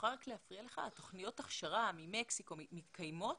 תוכניות ההכשרה ממקסיקו מתקיימות,